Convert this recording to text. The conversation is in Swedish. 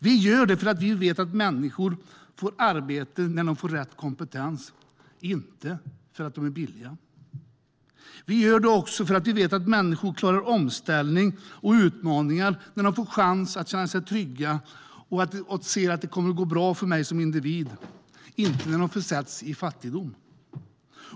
Vi satsar för att vi vet att människor får arbete när de har rätt kompetens, inte för att de är billiga. Vi satsar också för att vi vet att människor klarar av omställningar och utmaningar när de får chans att känna sig trygga och ser att det kommer att gå bra för dem som individer, inte när de försätts i fattigdom.